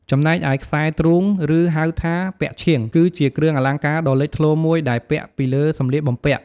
ចំណែកឯខ្សែទ្រូង ឬហៅថាពាក់ឈៀង គឺជាគ្រឿងអលង្ការដ៏លេចធ្លោមួយដែលពាក់ពីលើសម្លៀកបំពាក់។